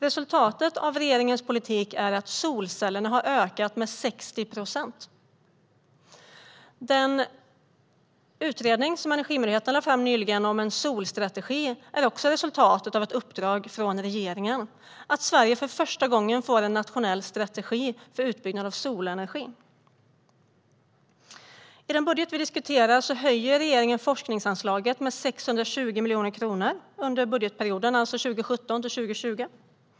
Resultatet av regeringens politik är att solcellerna har ökat med 60 procent. Den utredning som Energimyndigheten nyligen lade fram om en solstrategi är också ett resultat av ett uppdrag från regeringen. Sverige får därmed för första gången en nationell strategi för utbyggnad av solenergi. I den budget vi diskuterar höjer regeringen energiforskningsanslaget med 620 miljoner kronor under budgetperioden, alltså 2017-2020.